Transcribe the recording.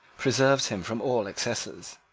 preserved him from all excesses.